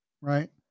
right